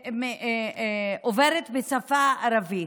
שעוברת בשפה הערבית.